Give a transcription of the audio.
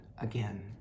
again